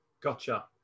gotcha